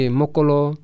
mokolo